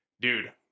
dude